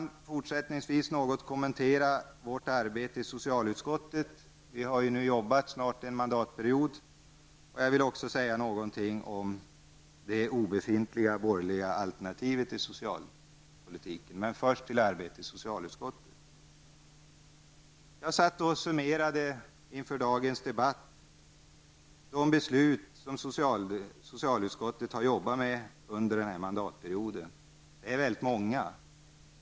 Jag vill fortsättningsvis något kommentera vårt arbete i socialutskottet. Vi har snart arbetat under en mandatperiod, och jag vill även säga något om det obefintliga borgerliga alternativet till socialpolitiken. Först vill jag emellertid ta upp arbetet i socialutskottet. Jag satt inför dagens debatt och summerade de ärenden som socialutskottet har arbetat med under denna mandatperiod. Det är väldigt många.